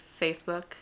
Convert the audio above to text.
Facebook